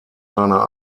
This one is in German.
seiner